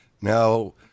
Now